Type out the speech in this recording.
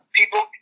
people